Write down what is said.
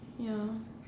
ya